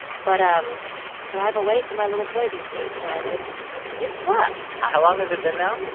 but um but i'm away from my little boy these days, and it's it's tough ah how long has it been now?